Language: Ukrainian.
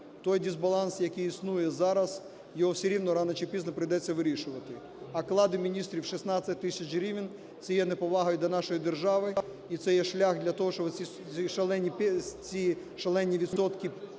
Той дисбаланс, який існує зараз, його все рівно рано чи пізно прийдеться вирішувати. А оклади міністрів в 16 тисяч гривень це є неповагою до нашої держави, і це є шлях для того, щоб ці шалені відсотки